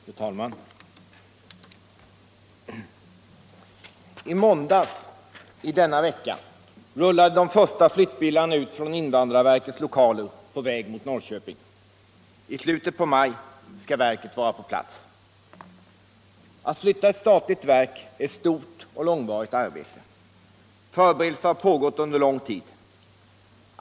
Fru talman! I måndags i denna vecka rullade de första flyttbilarna ut från invandrarverkets lokaler på väg mot Norrköping. I slutet av maj skall hela verket vara på plats. Att flytta ett statligt verk är ett stort och långvarigt arbete. Förberedelser har pågått under lång tid.